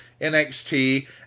NXT